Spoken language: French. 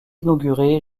inauguré